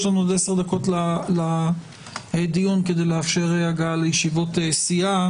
יש לנו עשר דקות לדיון כדי לאפשר הגעה לישיבות סיעה